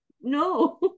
no